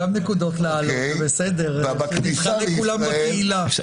אני חס